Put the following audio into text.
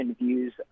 views